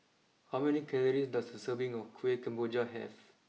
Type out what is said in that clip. how many calories does a serving of Kueh Kemboja have